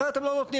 אחרת הם לא נותנים.